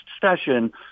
session